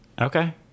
okay